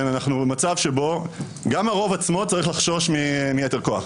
אנחנו במצב שבו גם הרוב עצמו צריך לחשוש מיתר כוח.